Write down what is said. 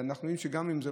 אנחנו יודעים גם,